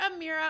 Amira